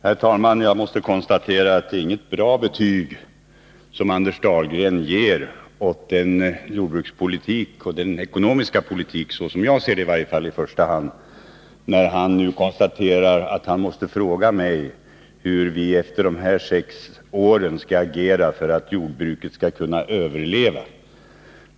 Herr talman! Jag måste konstatera att det inte är något bra betyg som Anders Dahlgren ger åt jordbrukspolitiken och den ekonomiska politiken under de borgerliga regeringsåren när han måste fråga mig hur vi efter de här sex åren skall agera för att jordbruket skall kunna överleva.